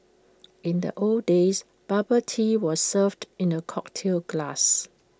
in the old days bubble tea was served in A cocktail glass